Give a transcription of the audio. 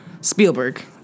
Spielberg